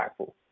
impactful